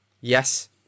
Yes